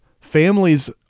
families